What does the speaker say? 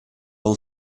all